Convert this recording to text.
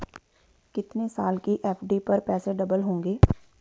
कितने साल की एफ.डी पर पैसे डबल होंगे?